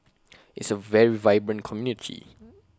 is A very vibrant community